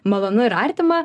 malonu ir artima